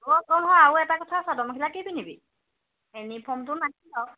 অ' আকৌ আৰু এটা কথা চাদৰ মেখেলা কি পিন্ধিবি ইউনিফৰ্মটো বাৰু